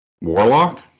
Warlock